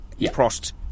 Prost